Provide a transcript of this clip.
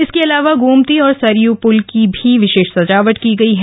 इसके अलावा गोमती और सरयू पुल की भी विशेष सजावट की गई है